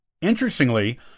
Interestingly